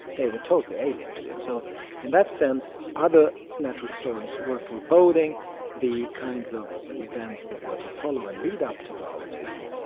they were totally alien to him, so in that sense, other natural historians were foreboding the kinds of events that were to follow and lead up to darwinism,